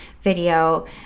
video